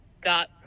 got